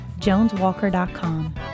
JonesWalker.com